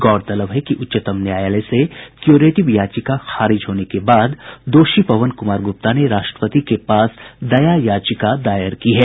गौरतलब है कि उच्चतम न्यायालय से क्यूरेटिव याचिका खारिज होने के बाद दोषी पवन कुमार गुप्ता ने राष्ट्रपति के पास दया याचिका दाखिल की है